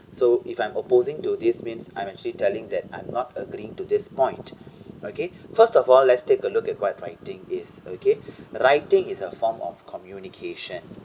so if I'm opposing to this means I'm actually telling that I'm not agreeing to this point okay first of all let's take a look at what are writing is okay writing is a form of communication